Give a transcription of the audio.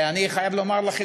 ואני חייב לומר לכם,